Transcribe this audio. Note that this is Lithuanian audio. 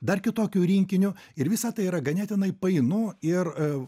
dar kitokiu rinkiniu ir visa tai yra ganėtinai painu ir